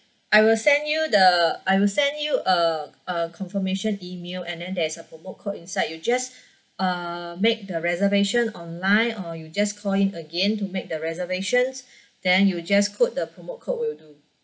I will send you the I will send you a a confirmation email and then there's a promo code inside you just uh make the reservation online or you just call in again to make the reservations then you just quote the promo code will do